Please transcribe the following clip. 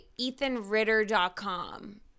ethanritter.com